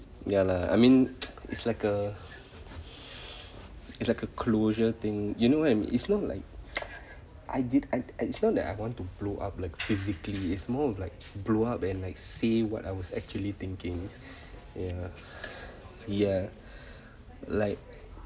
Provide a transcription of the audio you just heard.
ya lah I mean it's like a it's like a closure thing you know right it's not like I did I it's not that I want to blow up like physically is more of like blow up and like say what I was actually thinking ya ya like